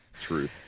true